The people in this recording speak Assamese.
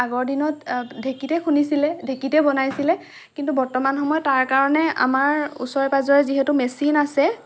আগৰ দিনত ঢেঁকীতে খুন্দিছিলে ঢেঁকীতে বনাইছিলে কিন্তু বৰ্তমান সময় তাৰ কাৰণে আমাৰ ওচৰে পাজৰে যিহেতু মেচিন আছে